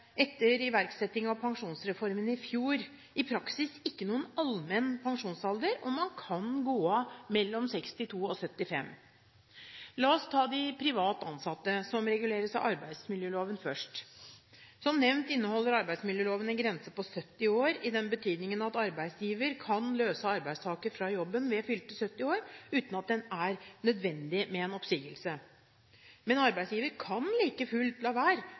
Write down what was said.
etter iverksetting av pensjonsreformen i fjor – i praksis ikke noen allmenn pensjonsalder, og man kan gå av mellom 62 og 75 år. La oss ta de privat ansatte, som reguleres av arbeidsmiljøloven, først: Som nevnt inneholder arbeidsmiljøloven en grense på 70 år, i den betydning at arbeidsgiver kan løse arbeidstaker fra jobben ved fylte 70 år, uten at det er nødvendig med en oppsigelse. Men arbeidsgiver kan like fullt la være